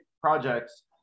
projects